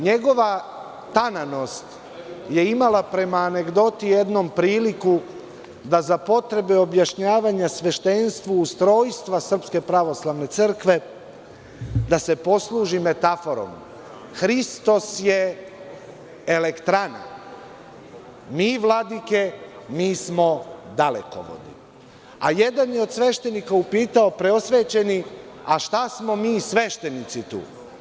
Njegova tananost je imala prema anegdoti jednom priliku da za potrebe objašnjavanja sveštenstvu ustrojstva Srpske pravoslavne crkve, da se poslužim metaforom, Hristos je elektrana, mi vladike smo dalekovodi, a jedan je od sveštenika upitao – preosvećeni, a šta smo mi sveštenici tu?